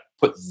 put